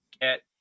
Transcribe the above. get